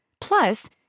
Plus